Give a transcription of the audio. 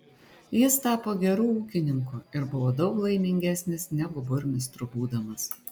jis tapo geru ūkininku ir buvo daug laimingesnis negu burmistru būdamas